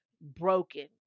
broken